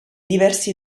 diversi